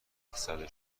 مقصد